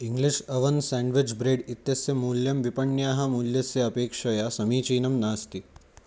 English oven sandwich bread इत्यस्य मूल्यं विपण्याः मूल्यस्य अपेक्षया समीचीनं नास्ति